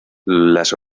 las